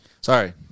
Sorry